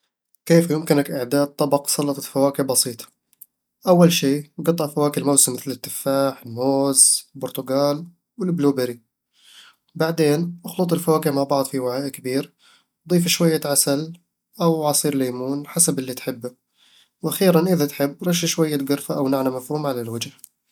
كيف يمكنك إعداد طبق سلطة فواكه بسيط؟ أول شي، قطع فواكه الموسم مثل التفاح، الموز، البرتقال، والبلوبيري. بعدين، اخلط الفواكه مع بعض في وعاء كبير، واضيف شوي عسل أو عصير ليمون حسب الي تحبه. وأخيراً، إذا تحب، رش شوي قرفة أو نعناع مفروم على الوجه